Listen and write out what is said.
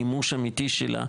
מימוש אמיתי שלה,